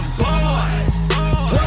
boys